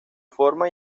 forma